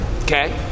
Okay